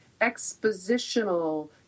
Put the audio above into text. expositional